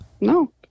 No